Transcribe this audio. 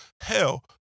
Hell